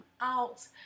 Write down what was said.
out